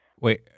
Wait